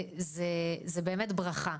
זו באמת ברכה.